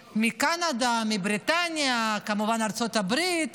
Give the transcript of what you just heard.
מקנדה, מבריטניה, כמובן ארצות הברית,